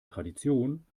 tradition